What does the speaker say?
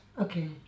Okay